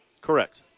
Correct